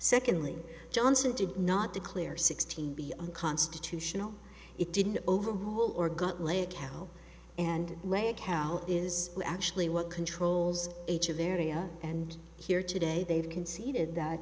secondly johnson did not declare sixteen be unconstitutional it didn't over or got lead cow and leg how is actually what controls each of their area and here today they've conceded that